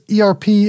ERP